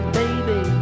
baby